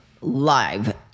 live